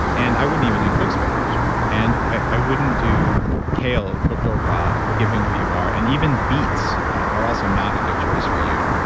and i wouldn't even do cooked spinach and i wouldn't do kale cooked or raw given who you are and even beets are also not a good choice for you.